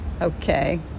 okay